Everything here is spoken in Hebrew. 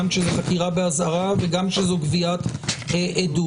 גם כשזו חקירה באזהרה וגם כשזו גביית עדות,